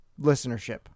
listenership